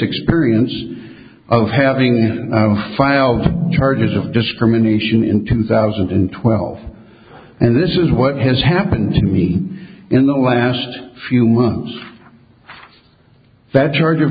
experience of having filed charges of discrimination in two thousand and twelve and this is what has happened to me in the last few months that charge of